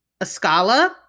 Ascala